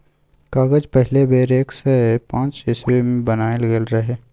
कागज पहिल बेर एक सय पांच इस्बी मे बनाएल गेल रहय